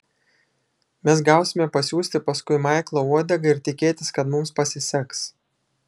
mes gausime pasiųsti paskui maiklą uodegą ir tikėtis kad mums pasiseks